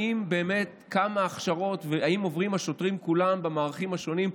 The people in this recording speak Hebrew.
האם בשנים האחרונות השוטרים כולם עוברים הכשרות במערכים השונים,